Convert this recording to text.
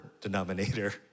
denominator